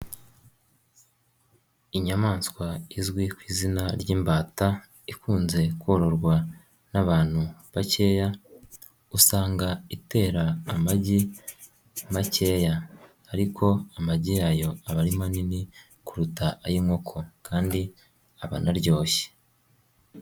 Inyamanswa izwi ku izina ry'imbata ikunze kororwa n'abantu bakeya, usanga itera amagi makeya, ariko amagi yayo aba ari manini kuruta ay'inkoko kandi aba anaryoshye.